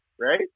right